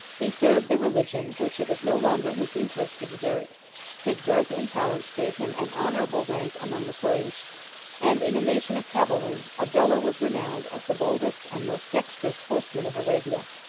he served the religion which it was no longer his interest to desert his birth and talents gave him an honorable rank among the koreish and, in a nation of cavalry, abdallah was renowned as the boldest and most dexterous horseman of arabia.